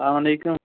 سلامُ علیکُم